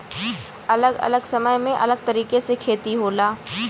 अलग अलग समय में अलग तरीके से खेती होला